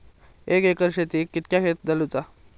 एक एकर शेताक कीतक्या खत घालूचा?